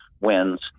wins